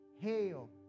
Hail